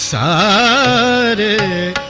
so aa